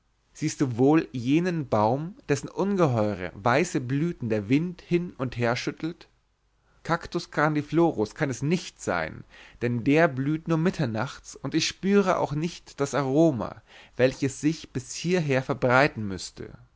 siehst du wohl jenen baum dessen ungeheure weiße blüten der wind hin und herschüttelt cactus grandiflorus kann es nicht sein denn der blüht nur mitternachts und ich spüre auch nicht das aroma welches sich bis hierher verbreiten müßte